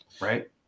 right